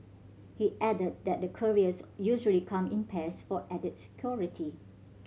he added that the couriers usually come in pairs for added security